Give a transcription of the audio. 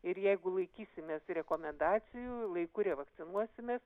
ir jeigu laikysimės rekomendacijų laiku revakcinuosimės